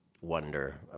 wonder